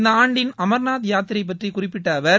இந்த ஆண்டின் அமர்நாத் யாத்திரை பற்றி குறிப்பிட்ட அவர்